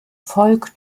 volk